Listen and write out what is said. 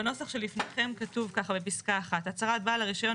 בנוסח שלפניכם כתוב ככה בפסקה 1: "הצהרת בעל הרישיון